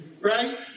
right